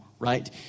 Right